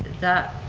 that